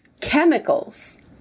chemicals